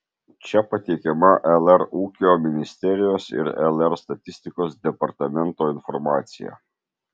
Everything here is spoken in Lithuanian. čia pateikiama lr ūkio ministerijos ir lr statistikos departamento informacija